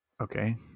Okay